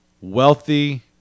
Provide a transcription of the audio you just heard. wealthy